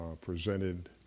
presented